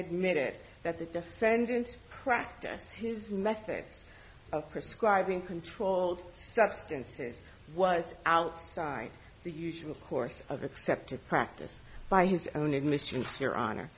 admitted that the defendant practice his method of prescribing controlled substances was outside the usual course of accepted practice by his own admission your honor